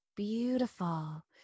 Beautiful